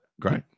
great